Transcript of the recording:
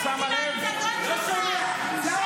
שב בשקט עם ההצגות שלך.